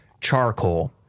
charcoal